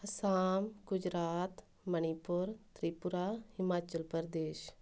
Assam Gujarat Manipur Tripura Himachal Pradesh